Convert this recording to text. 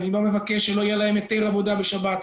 אני לא מבקש שלא יהיה להם היתר עבודה בשבת,